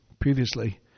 previously